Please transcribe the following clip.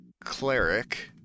cleric